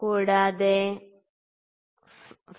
കൂടാതെ 5